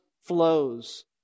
flows